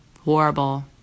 horrible